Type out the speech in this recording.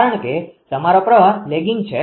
કારણ કે તમારો પ્રવાહ લેગીંગ પ્રવાહ છે